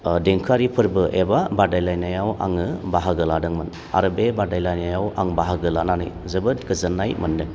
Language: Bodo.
देंखोयारि फोरबो एबा बादायलायनायाव आङो बाहागो लादोंमोन आरो बे बादायलायनायाव आं बाहागो लानानै जोबोद गोजोननाय मोनदों